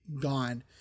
gone